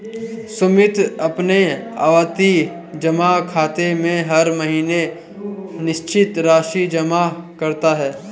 सुमित अपने आवर्ती जमा खाते में हर महीने निश्चित राशि जमा करता है